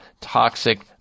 toxic